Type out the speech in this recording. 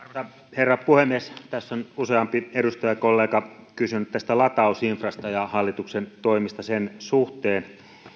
herra puhemies tässä on useampi edustajakollega kysynyt latausinfrasta ja hallituksen toimista sen suhteen